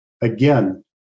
again